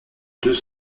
deux